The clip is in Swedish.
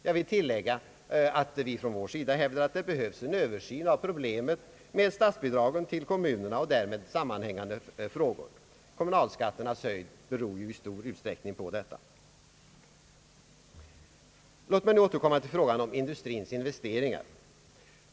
Jag vill tillägga att vi från vår sida hävdar att det behövs en översyn av problemet med statsbidragen till kommunerna och därmed sammanhängande frågor. Kommunalskatternas höjd beror ju i stor utsträckning på detta. Låt mig nu återkomma till frågan om industrins investeringar.